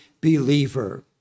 believer